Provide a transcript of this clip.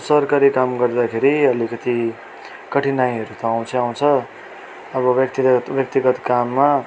सरकारी काम गर्दाखेरि अलिकति कठिनाईहरू त आउँछै आउँछ अब व्यक्तिगत व्यक्तिगत काममा